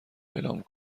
اعلام